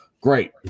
Great